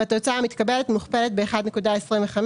והתוצאה המתקבלת מוכפלת ב-1.25,